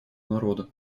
народа